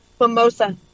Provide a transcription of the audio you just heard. Mimosa